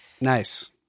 Nice